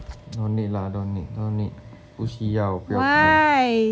no need lah don't need don't need 不需要看